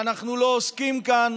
ואנחנו לא עוסקים כאן